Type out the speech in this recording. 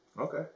Okay